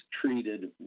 treated